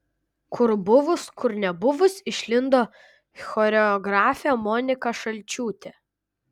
kur buvus kur nebuvus išlindo choreografė monika šalčiūtė